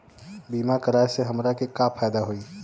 बीमा कराए से हमरा के का फायदा होई?